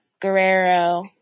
Guerrero